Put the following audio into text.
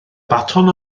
baton